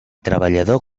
treballador